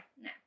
no